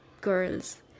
Girls